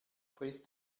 frisst